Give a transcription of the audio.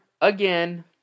again